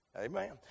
Amen